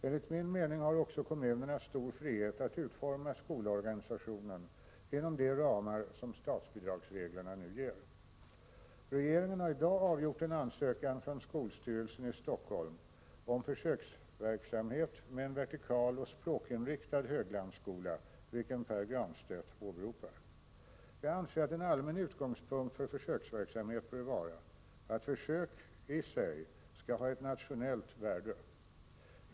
Enligt min mening har också kommunerna stor frihet att utforma skolorganisationen inom de ramar som statsbidragsreglerna nu ger. Regeringen har i dag avgjort en ansökan från skolstyrelsen i Stockholm om försöksverksamhet med en vertikal och språkinriktad Höglandsskola, vilken Pär Granstedt åberopar. Jag anser att en allmän utgångspunkt för försöksverksamhet bör vara att försök i sig skall ha ett nationellt värde.